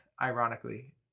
ironically